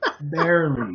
barely